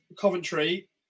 Coventry